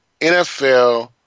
NFL